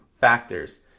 factors